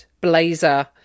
blazer